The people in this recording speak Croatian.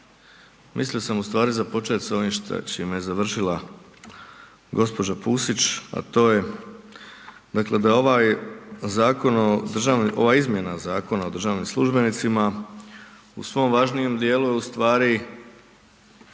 mislio sam u stvari započet sa čime je završila gospođa Pusić, a to je da ovaj zakon ova izmjena Zakona o državnim službenicima u svom važnijem dijelu u stvari